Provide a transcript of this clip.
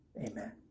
Amen